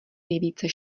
nejvíce